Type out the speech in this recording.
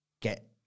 get